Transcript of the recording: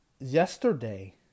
yesterday